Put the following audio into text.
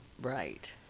Right